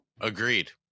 Agreed